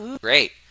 Great